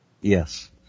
Yes